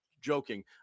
joking